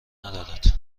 ندارد